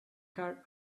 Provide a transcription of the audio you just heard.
car